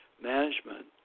management